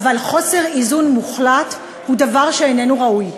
אבל חוסר איזון מוחלט הוא דבר שאיננו ראוי.